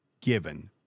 given